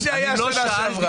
מה שהיה בשנה שעברה.